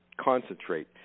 concentrate